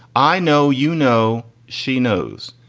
i know. you know she knows.